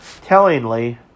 Tellingly